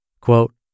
Quote